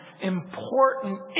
important